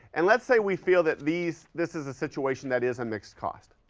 and let's say we feel that these, this is a situation that is a mixed cost.